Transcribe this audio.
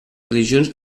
religions